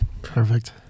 Perfect